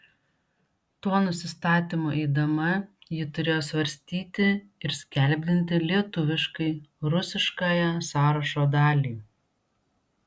tuo nusistatymu eidama ji turėjo svarstyti ir skelbdinti lietuviškai rusiškąją sąrašo dalį